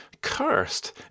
cursed